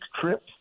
trip